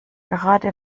gerade